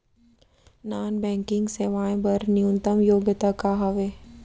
Non banking सेवाएं बर न्यूनतम योग्यता का हावे?